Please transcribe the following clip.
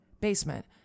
basement